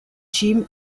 jim